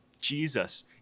jesus